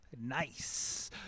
Nice